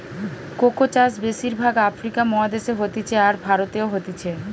cocoa চাষ বেশির ভাগ আফ্রিকা মহাদেশে হতিছে, আর ভারতেও হতিছে